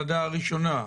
לוועדה הראשונה,